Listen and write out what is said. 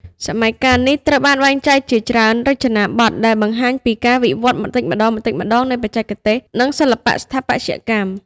សម័យកាលនេះត្រូវបានបែងចែកជាច្រើនរចនាបថ ដែលបង្ហាញពីការវិវត្តន៍បន្តិចម្តងៗនៃបច្ចេកទេស និងសិល្បៈស្ថាបត្យកម្ម។